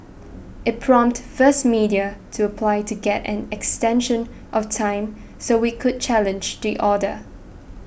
it prompted First Media to apply to get an extension of time so it could challenge the order